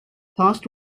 past